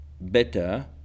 better